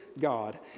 God